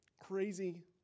crazy